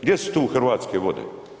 Gdje su tu Hrvatske vode?